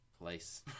place